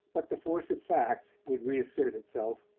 but the force of facts would reassert itself.